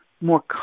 more